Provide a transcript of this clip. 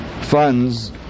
funds